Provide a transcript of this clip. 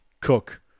Cook